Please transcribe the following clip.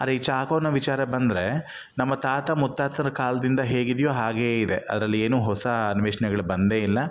ಆದರೆ ಈ ಚಾಕು ಅನ್ನೋ ವಿಚಾರ ಬಂದರೆ ನಮ್ಮ ತಾತ ಮುತ್ತಾತರ ಕಾಲದಿಂದ ಹೇಗಿದೆಯೋ ಹಾಗೇ ಇದೆ ಅದರಲ್ಲಿ ಏನು ಹೊಸ ಅನ್ವೇಷಣೆಗಳು ಬಂದೇ ಇಲ್ಲ